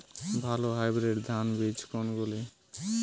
ভালো হাইব্রিড ধান বীজ কোনগুলি?